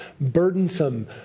burdensome